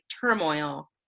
turmoil